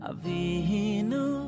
Avinu